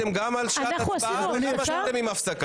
אתם עשיתם גם על שעת הצבעה וגם עם הפסקה.